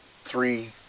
three